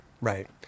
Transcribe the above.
Right